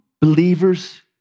believers